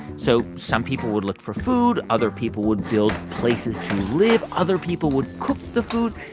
so some people would look for food. other people would build places to live. other people would cook the food.